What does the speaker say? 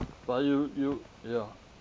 but you you ya